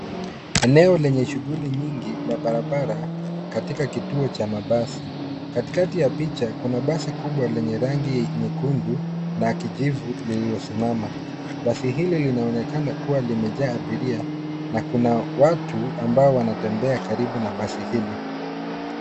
Eneo lenye shughuli nyingi la barabara katika kituo cha mabasi. Katikati ya picha, kuna basi kubwa lenye rangi nyekundu, na kijivu lililosimama. Basi hili linaonekana kuwa limejaa abiria, na kuna watu, ambao wanatembea karibu na basi hilo.